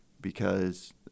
because-